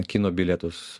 kino bilietus